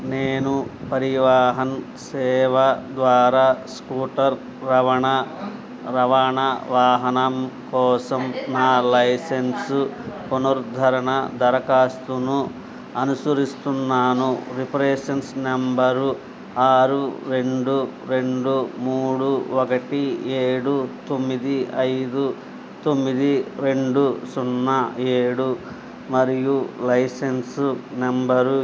నేను పరివాహన్ సేవ ద్వారా స్కూటర్ రవాణా వాహనం కోసం నా లైసెన్సు పునరుద్ధరణ దరఖాస్తును అనుసరిస్తున్నాను రిఫరెన్స్ నెంబరు ఆరు రెండు రెండు మూడు ఒకటి ఏడు తొమ్మిది ఐదు తొమ్మిది రెండు సున్నా ఏడు మరియు లైసెన్సు నెంబర్